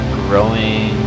growing